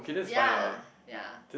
ya ya